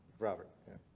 robert, yeah.